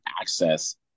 access